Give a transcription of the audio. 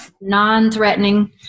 non-threatening